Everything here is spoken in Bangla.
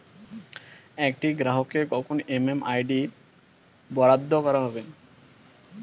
একটি গ্রাহককে কখন এম.এম.আই.ডি বরাদ্দ করা হবে?